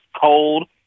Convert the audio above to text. cold